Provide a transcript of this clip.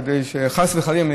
כדי שחס וחלילה,